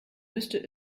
müsste